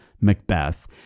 Macbeth